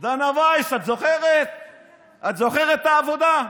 את זוכרת את העבודה?